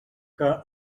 que